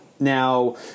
Now